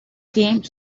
came